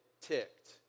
ticked